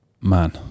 man